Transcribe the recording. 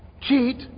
cheat